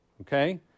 Okay